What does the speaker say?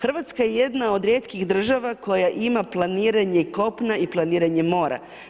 Hrvatska je jedna od rijetkih država koja ima planiranje kopna i planiranje mora.